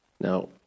Now